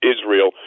Israel